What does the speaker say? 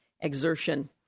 exertion